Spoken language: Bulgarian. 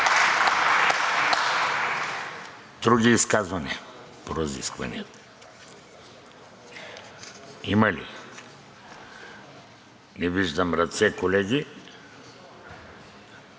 Други изказвания по разискванията има ли? Не виждам ръце, колеги.